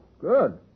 Good